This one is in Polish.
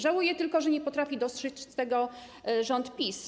Żałuję tylko, że nie potrafi dostrzec tego rząd PiS.